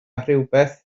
rhywbeth